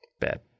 bad